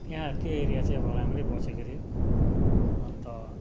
त्यहाँ त्यो एरिया चाहिँ अब राम्रै बसेको थियो अन्त